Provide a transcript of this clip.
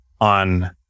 on